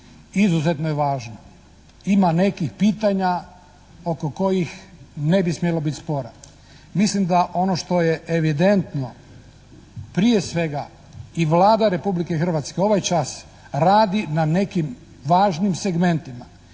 izuzetno je važno. Ima nekih pitanja oko kojih ne bi smjelo biti spora. Mislim da ono što je evidentno prije svega i Vlada Republike Hrvatske ovaj čas radi na nekim važnim segmentima